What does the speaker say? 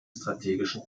strategischen